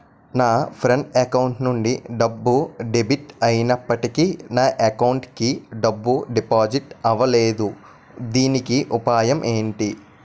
నా friend account నుండి డబ్బు డెబిట్ అయినప్పటికీ నా అకౌంట్ కి డబ్బు డిపాజిట్ అవ్వలేదుదీనికి ఉపాయం ఎంటి?